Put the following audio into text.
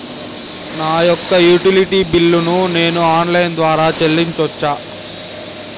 నా యొక్క utility bill ను నేను ఆన్ లైన్ ద్వారా చెల్లించొచ్చా?